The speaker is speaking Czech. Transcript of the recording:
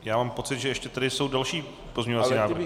Já mám pocit, že jsou tady ještě další pozměňovací návrhy.